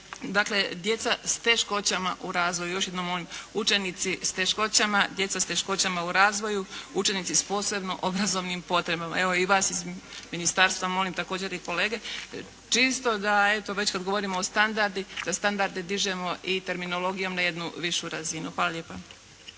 tako djeca s teškoćama u razvoju, još jednom molim, učenici s teškoćama, djeca s teškoća s teškoćama u razvoju, učenici s posebno obrazovnim potrebama. Evo i vas iz ministarstva molim, također i kolege, čisto da eto već kad govorimo o standardi, da standardi dižemo i terminologijom na jednu višu razinu. Hvala lijepa.